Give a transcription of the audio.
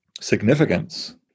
significance